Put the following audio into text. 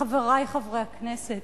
חברי חברי הכנסת,